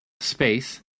space